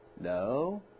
No